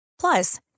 Plus